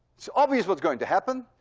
it's obvious what's going to happen.